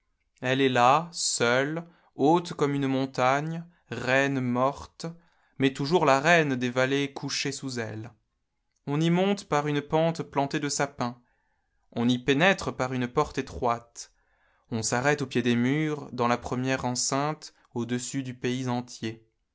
elle est là seule haute comme une montagne reine morte mais toujours la reine des vallées couchées sous elle on y monte par une pente plantée de sapins on y pénètre par une porte étroite on s'arrête au pied des murs dans la première enceinte au-dessus du pays entier